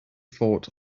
thought